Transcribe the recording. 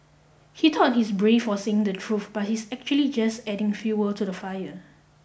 he thought he's brave for saying the truth but he's actually just adding fuel to the fire